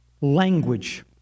language